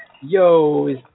Yo